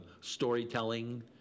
storytelling